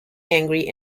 angry